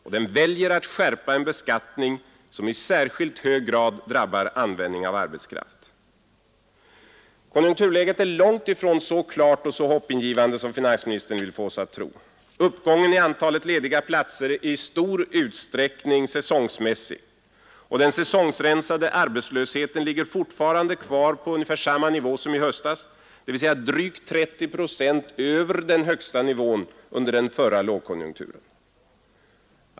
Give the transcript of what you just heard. Och den väljer att skärpa en beskattning som i särskilt hög grad drabbar användning av arbetskraft. Konjunkturläget är långtifrån så klart och så hoppingivande som finansministern vill få oss att tro. Uppgången i antalet lediga platser är i stor utsträckning säsongsmässig. Och den säsongsrensade arbetslösheten ligger fortfarande kvar på ungefär samma nivå som i höstas, dvs. drygt 30 procent över den högsta nivån under den förra lågkonjunkturen.